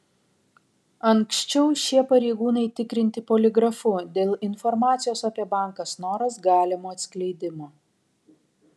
anksčiau šie pareigūnai tikrinti poligrafu dėl informacijos apie banką snoras galimo atskleidimo